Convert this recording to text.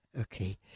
okay